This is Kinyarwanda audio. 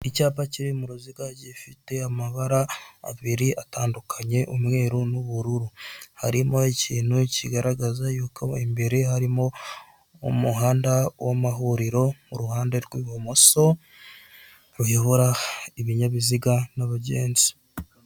Icyapa kiri mu ruziga gifite amabara abiri atandukanye, umweru n'ubururu, harimo ikintu kigaragaza yuko imbere harimo umuhanda w'amahuriro, mu ruhande rw'ibumoso, ruyobora ibinyabiziga n'abagenzi.